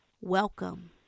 Welcome